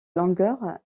longueur